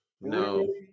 No